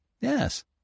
Yes